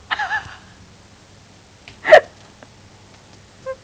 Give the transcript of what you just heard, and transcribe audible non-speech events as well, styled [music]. [laughs]